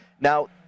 Now